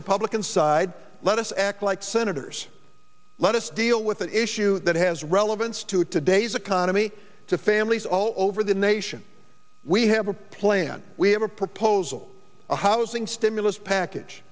republican side let us act like senators let us deal with an issue that has relevance to today's economy to families all over the nation we have a plan we have a proposal a housing stimulus package